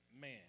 man